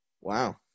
Wow